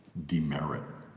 demerit